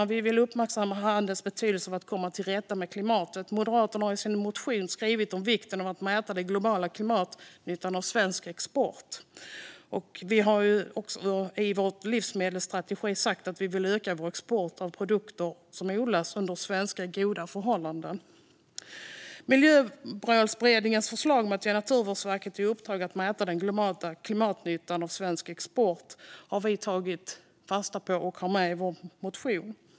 Moderaterna vill uppmärksamma handelns betydelse för att komma till rätta med klimatet och har i sin motion skrivit om vikten av att mäta den globala klimatnyttan av svensk export. Vi har ju i vår livsmedelsstrategi sagt att vi vill öka vår export av produkter som odlats under svenska goda förhållanden. Moderaterna har tagit fasta på Miljömålsberedningens förslag att ge Naturvårdsverket i uppdrag att mäta den globala klimatnyttan av svensk export och har med det i sin motion.